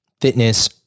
fitness